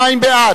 42 בעד,